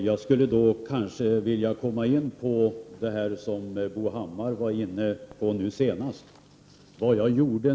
Herr talman! Jag tänker gå in på det som Bo Hammar sade i slutet av sitt inlägg.